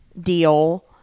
deal